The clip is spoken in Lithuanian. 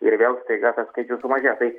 ir vėl staiga tas skaičius sumažėjo tai